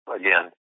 again